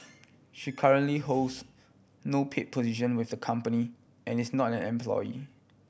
she currently holds no paid position with the company and is not an employee